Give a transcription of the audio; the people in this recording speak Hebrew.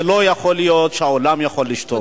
זה לא יכול להיות שהעולם יכול לשתוק.